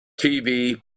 TV